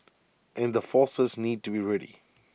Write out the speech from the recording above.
and the forces need to be ready